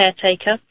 caretaker